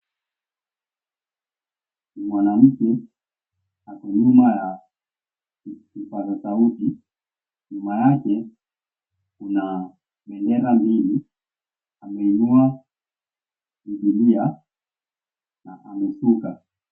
Mwanamke ako nyuma ya kipaza sauti nyuma yake kuna bendera mbili ameinua bibilia na amesuka.